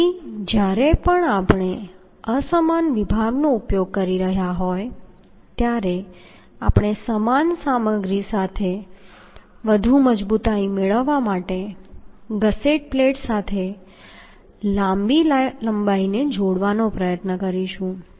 તેથી જ્યારે પણ આપણે અસમાન વિભાગનો ઉપયોગ કરી રહ્યા છીએ ત્યારે આપણે સમાન સામગ્રી સાથે વધુ મજબૂતાઈ મેળવવા માટે ગસેટ પ્લેટ સાથે લાંબી લંબાઈને જોડવાનો પ્રયત્ન કરીશું